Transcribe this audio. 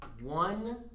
one